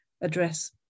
address